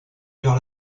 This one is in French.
vers